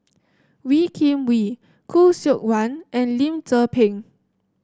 Wee Kim Wee Khoo Seok Wan and Lim Tze Peng